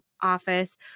office